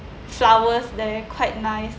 flowers there quite nice